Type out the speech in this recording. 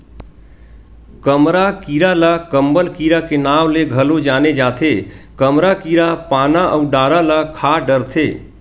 कमरा कीरा ल कंबल कीरा के नांव ले घलो जाने जाथे, कमरा कीरा पाना अउ डारा ल खा डरथे